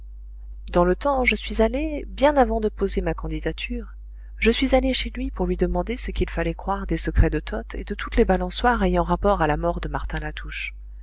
dans le temps je suis allé bien avant de poser ma candidature je suis allé chez lui pour demander ce qu'il fallait croire des secrets de toth et de toutes les balançoires ayant rapport à la mort de martin latouche